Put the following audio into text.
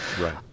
Right